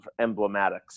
emblematics